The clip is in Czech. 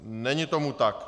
Není tomu tak.